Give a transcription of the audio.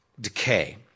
decay